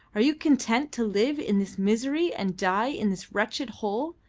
are you content to live in this misery and die in this wretched hole?